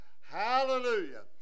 Hallelujah